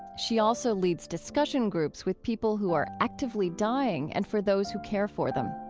she also leads discussion groups with people who are actively dying and for those who care for them.